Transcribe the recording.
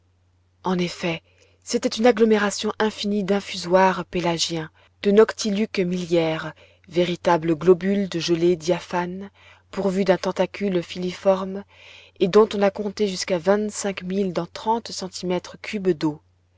en effet c'était une agglomération infinie d'infusoires pélagiens de noctiluques miliaires véritables globules de gelée diaphane pourvus d'un tentacule filiforme et dont on a compté jusqu'à vingt-cinq mille dans trente centimètres cubes d'eau